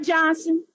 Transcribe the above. Johnson